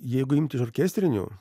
jeigu imti iš orkestrinių